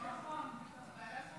ועדת